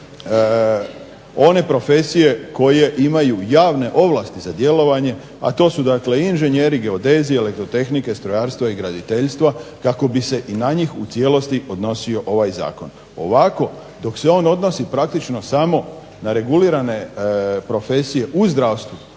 one profesije koje imaju javne ovlasti za djelovanje, a to su dakle inženjeri geodezi, elektrotehnike, strojarstva i graditeljstva kako bi se i na njih u cijelosti odnosio ovaj zakon. Ovako dok se on odnosi praktično samo na regulirane profesije u zdravstvu,